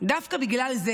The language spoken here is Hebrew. דווקא בגלל זה,